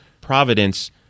Providence